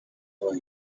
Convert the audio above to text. are